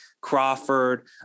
Crawford